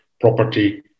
property